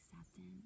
acceptance